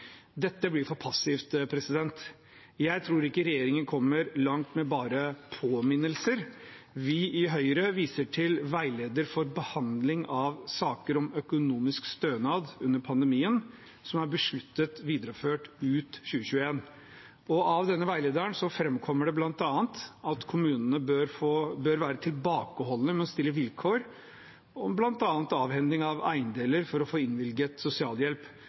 dette. Dette blir for passivt. Jeg tror ikke regjeringen kommer langt med bare påminnelser. Vi i Høyre viser til veileder for behandling av saker om økonomisk stønad under pandemien, som er besluttet videreført ut 2021. I denne veilederen framkommer det bl.a. at kommunene bør være tilbakeholdne med å stille vilkår om bl.a. avhending av eiendeler for å få innvilget sosialhjelp,